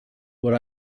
what